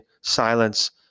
silence